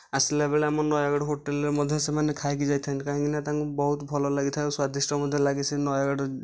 ଆସିଲା ବେଳେ ଆମ ନୟାଗଡ଼ ହୋଟେଲରେ ମଧ୍ୟ ସେମାନେ ଖାଇକି ଯାଇଥାନ୍ତି କାହିଁକି ନା ତାଙ୍କୁ ବହୁତ ଭଲ ଲାଗିଥାଏ ଆଉ ସ୍ୱାଦିଷ୍ଟ ମଧ୍ୟ ଲାଗିଥାଏ ସେ ନୟାଗଡ଼